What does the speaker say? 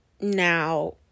Now